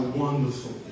wonderful